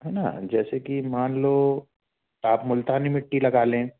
है ना जैसे कि मान लो आप मुल्तानी मिट्टी लगा लें